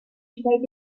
should